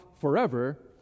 forever